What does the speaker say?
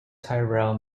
tyrrell